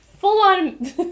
full-on